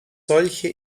solche